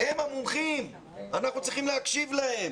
הם המומחים, אנחנו צריכים להקשיב להם.